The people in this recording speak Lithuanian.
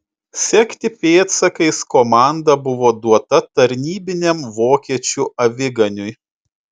sekti pėdsakais komanda buvo duota tarnybiniam vokiečių aviganiui